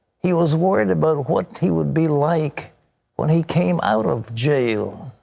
he was worried about what he would be like when he came out of jail.